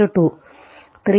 2 3